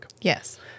Yes